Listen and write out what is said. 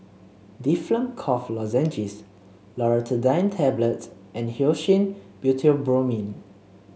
Difflam Cough Lozenges Loratadine Tablets and Hyoscine Butylbromide